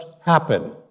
happen